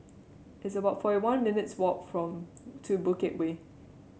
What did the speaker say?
it's about forty one minutes' walk from to Bukit Way